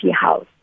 house